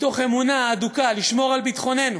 שמתוך אמונה הדוקה לשמור על ביטחוננו,